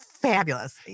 Fabulous